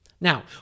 Now